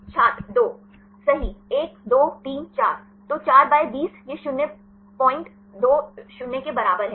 छात्र दो सही 1 2 3 4 तो 4 by 20 यह 020 के बराबर है